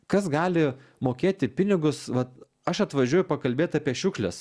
kas gali mokėti pinigus vat aš atvažiuoju pakalbėt apie šiukšles